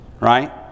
right